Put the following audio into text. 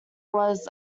was